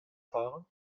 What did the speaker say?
fahren